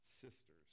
sisters